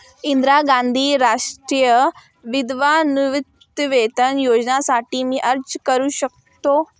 इंदिरा गांधी राष्ट्रीय विधवा निवृत्तीवेतन योजनेसाठी मी अर्ज करू शकतो?